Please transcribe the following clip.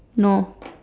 no